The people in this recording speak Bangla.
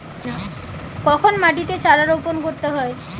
কখন মাটিতে চারা রোপণ করতে হয়?